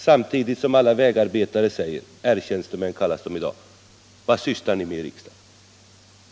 Samtidigt säger alla vägarbetare — de kallas i dag för R-tjänstemän: Vad sysslar ni med i riksdagen?